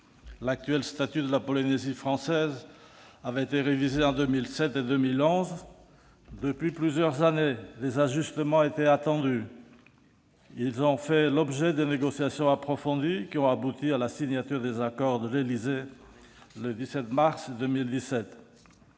L'actuel statut de la Polynésie française avait été révisé en 2007 et en 2011. Depuis plusieurs années, des ajustements étaient attendus. Ils ont fait l'objet de négociations approfondies qui ont abouti à la signature des accords de l'Élysée, le 17 mars 2017.